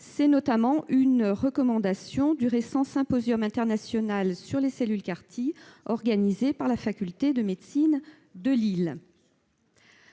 notamment à une recommandation du récent symposium international sur les cellules, organisé par la faculté de médecine de Lille.